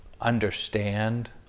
understand